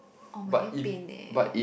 oh my ear pain eh